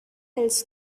else